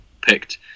picked